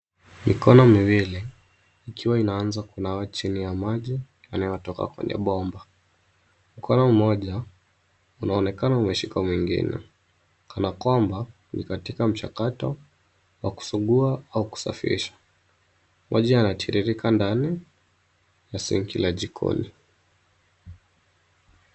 Mikono miwili ikiwa inaanza kunawa chini ya maji yanayotoka kwenye bomba. Mkono mmoja unaonekana umeshika mwingine kana kwamba ni katika mchakato wa kusugua au kusafisha. Maji yanatiririka ndani ya sink la jikoni.